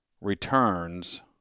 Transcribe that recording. returns